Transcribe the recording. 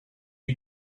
you